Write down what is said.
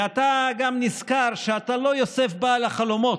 ואתה גם נזכר שאתה לא יוסף בעל החלומות,